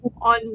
on